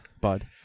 bud